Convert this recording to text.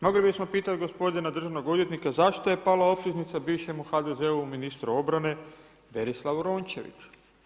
Mogli bismo pitati gospodina državnog odvjetnika zašto je pala optužnica bivšemu HDZ-ovom ministru obrane Berislavu Rončeviću.